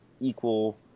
equal